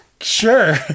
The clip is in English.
sure